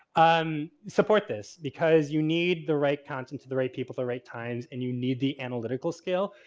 um support this because you need the right content to the right people the right times and you need the analytical scale.